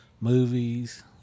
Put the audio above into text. movies